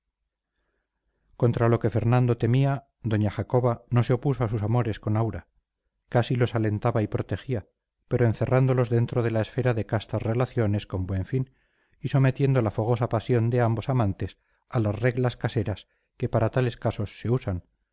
contra lo que fernando temía doña jacoba no se opuso a sus amores con aura casi los alentaba y protegía pero encerrándolos dentro de la esfera de castas relaciones con buen fin y sometiendo la fogosa pasión de ambos amantes a las reglas caseras que para tales casos se usan